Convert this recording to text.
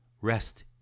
Rest